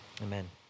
Amen